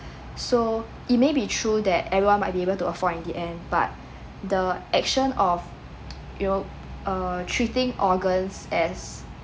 so it may be true that everyone might be able to afford at the end but the action of your uh treating organs as